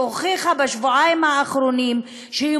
שהוכיחה בשבועיים האחרונים שהיא